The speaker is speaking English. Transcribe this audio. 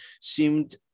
seemed